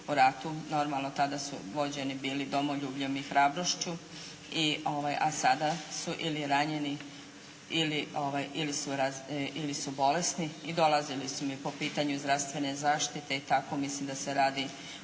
u ratu, normalno tada su vođeni bili domoljubljem i hrabrošću a sada su ili ranjeni, ili bolesti i dolazili su mi po pitanju zdravstvene zaštitu, mislim da se radi